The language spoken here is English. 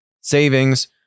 savings